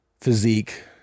physique